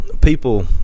People